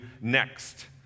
next